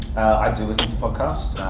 i do listen to podcasts,